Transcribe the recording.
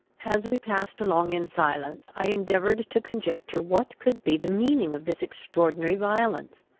as we passed along in silence, i endeavoured to conjecture what could be the meaning of this extraordinary violence.